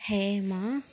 Hema